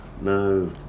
No